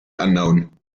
unknown